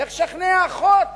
לך שכנע אחות